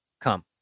come